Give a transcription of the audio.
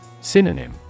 Synonym